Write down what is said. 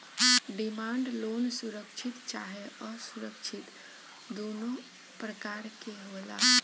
demand loan सुरक्षित चाहे असुरक्षित दुनो प्रकार के होला